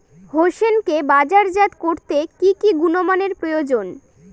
হোসেনকে বাজারজাত করতে কি কি গুণমানের প্রয়োজন?